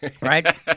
right